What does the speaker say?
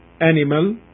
animal